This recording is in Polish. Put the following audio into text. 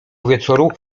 wieczoru